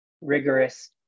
rigorous